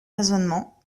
raisonnement